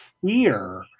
fear